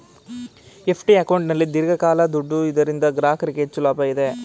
FD ಅಕೌಂಟಲ್ಲಿ ದೀರ್ಘಕಾಲ ದುಡ್ಡು ಇದರಿಂದ ಗ್ರಾಹಕರಿಗೆ ಹೆಚ್ಚು ಲಾಭ ಇದೆ